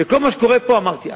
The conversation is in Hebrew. וכל מה שקורה פה אמרתי אז.